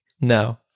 No